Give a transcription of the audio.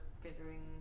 figuring